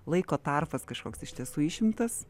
laiko tarpas kažkoks iš tiesų išimtas